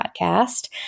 podcast